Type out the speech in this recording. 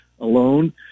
alone